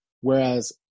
Whereas